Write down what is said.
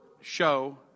show